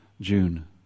June